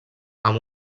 amb